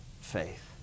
faith